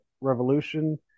Revolution